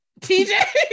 tj